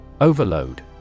Overload